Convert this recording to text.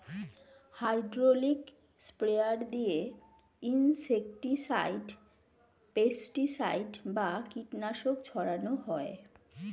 hydraulic sprayer দিয়ে insecticide, pesticide বা কীটনাশক ছড়ান হয়